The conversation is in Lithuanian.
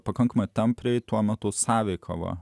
pakankamai tampriai tuo metu sąveikavo